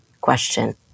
question